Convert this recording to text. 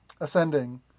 ascending